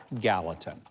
gallatin